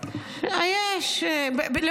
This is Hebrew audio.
אז ברכות